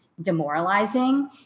demoralizing